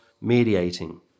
mediating